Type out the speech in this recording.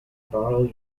borrow